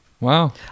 Wow